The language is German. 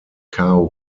cao